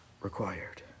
required